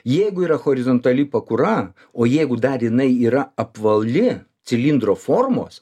jeigu yra horizontali pakura o jeigu dar jinai yra apvali cilindro formos